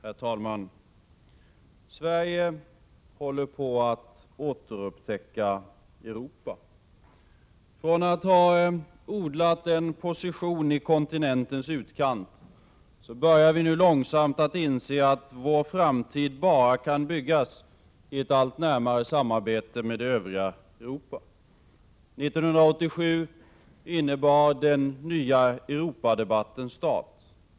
Herr talman! Sverige håller på att återupptäcka Europa. Från att ha odlat en position i kontinentens utkant, börjar vi nu långsamt inse att vår framtid kan byggas bara i ett allt närmare samarbete med det övriga Europa. 1987 innebar den nya Europadebattens start.